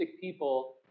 people